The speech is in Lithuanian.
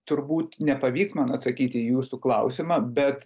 turbūt nepavyks man atsakyti į jūsų klausimą bet